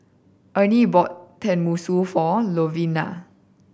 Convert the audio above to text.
Ernie bought Tenmusu for Louvenia